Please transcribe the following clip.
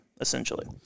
essentially